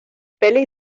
pelis